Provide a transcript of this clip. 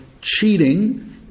cheating